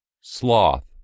sloth